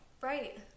Right